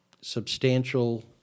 substantial